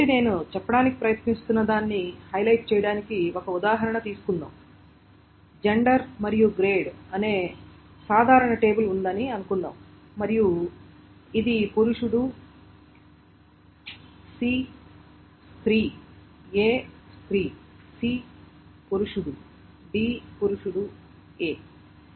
కాబట్టి నేను చెప్పడానికి ప్రయత్నిస్తున్నదాన్ని హైలైట్ చేయడానికి ఒక ఉదాహరణ తీసుకుందాం జెండర్ మరియు గ్రేడ్ అనే సాధారణ టేబుల్ ఉందని అనుకుందాం మరియు ఇది పురుషుడు C స్త్రీ A స్త్రీ C పురుషుడు D పురుషుడు A